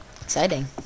Exciting